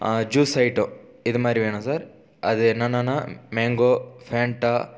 juice item இது மாரி வேணும் சார் அது என்னான்னனா மேங்கோ ஃபேன்ட்டா